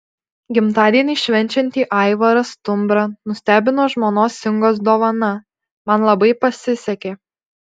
gimtadienį švenčiantį aivarą stumbrą nustebino žmonos ingos dovana man labai pasisekė